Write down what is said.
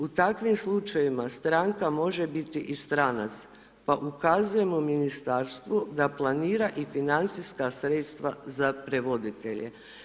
U takvim slučajevima stranka može biti i stranac, pa ukazujemo ministarstvu da planira i financijska sredstva za prevoditelje.